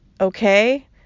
okay